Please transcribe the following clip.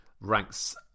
ranks